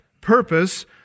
purpose